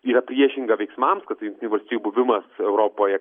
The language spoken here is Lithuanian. yra priešinga veiksmams kad jungtinių valstijų buvimas europoje